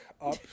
up